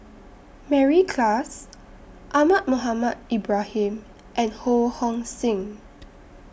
Mary Klass Ahmad Mohamed Ibrahim and Ho Hong Sing